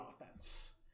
offense